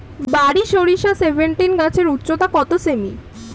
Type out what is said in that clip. বারি সরিষা সেভেনটিন গাছের উচ্চতা কত সেমি?